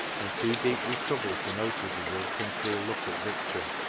and too deeply troubled to notice his ill-concealed look of victory,